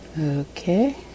Okay